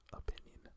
opinion